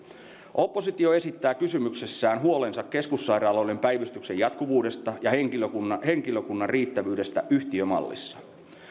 oppositio esittää kysymyksessään huolensa keskussairaaloiden päivystyksen jatkuvuudesta ja henkilökunnan henkilökunnan riittävyydestä yhtiömallissa